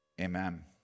Amen